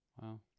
Wow